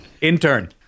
Intern